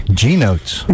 g-notes